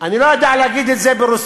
אני לא יודע להגיד את זה ברוסית,